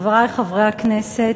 חברי חברי הכנסת,